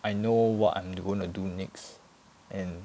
I know what I'm gonna do next and